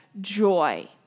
joy